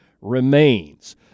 remains